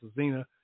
Zena